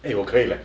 eh 我可以 leh